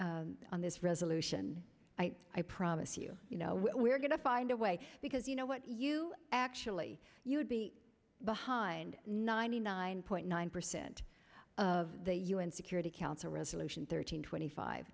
on this resolution i promise you you know we're going to find a way because you know what you actually you would be behind ninety nine point nine percent of the u n security council resolution thirteen twenty five